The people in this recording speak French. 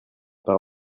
par